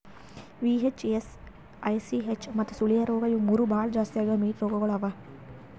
VHS, ICH ಮತ್ತ ಸುಳಿಯ ರೋಗ ಇವು ಮೂರು ಭಾಳ ಜಾಸ್ತಿ ಆಗವ್ ಮೀನು ರೋಗಗೊಳ್ ಅವಾ